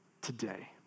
today